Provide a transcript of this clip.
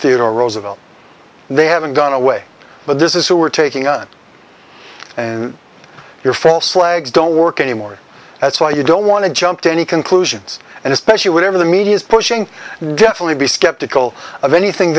theodore roosevelt they haven't gone away but this is who we're taking on your false legs don't work anymore that's why you don't want to jump to any conclusions and especially whatever the media is pushing definitely be skeptical of anything